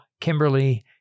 Kimberly